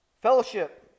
Fellowship